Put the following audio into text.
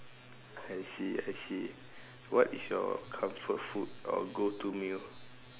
I see I see what is your comfort food or go to meal